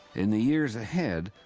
in the years ahead,